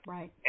Right